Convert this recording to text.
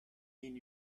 mean